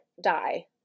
die